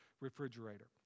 refrigerator